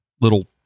little